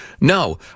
No